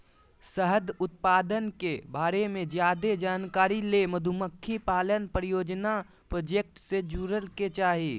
शहद उत्पादन के बारे मे ज्यादे जानकारी ले मधुमक्खी पालन परियोजना प्रोजेक्ट से जुड़य के चाही